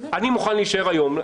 אני מוכן להישאר היום.